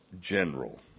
general